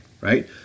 right